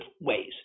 ways